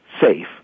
safe